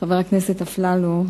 חבר הכנסת אפללו,